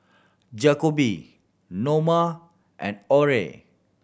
Jakobe Norma and Aurore